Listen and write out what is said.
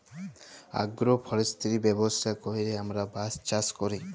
agro forestry ব্যবস্থা ক্যইরে আমরা বাঁশ চাষ ক্যরি